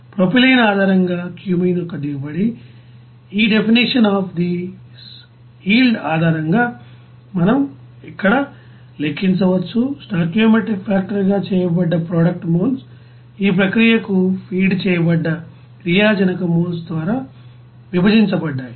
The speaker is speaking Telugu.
ప్రొపైలీన్ ఆధారంగా క్యూమీన్ యొక్క దిగుబడి ఈ డెఫినిషన్ అఫ్ థిస్ యీల్డ్ ఆధారంగా మనం ఇక్కడ లెక్కించవచ్చు స్టోయికియోమెట్రిక్ ఫాక్టర్ గా చేయబడ్డ ప్రోడక్ట్ మోల్స్ ఈ ప్రక్రియకు ఫీడ్ చేయబడ్డ క్రియాజనక మోల్స్ ద్వారా విభజించబడ్డాయి